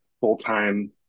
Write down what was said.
full-time